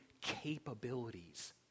capabilities